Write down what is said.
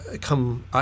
come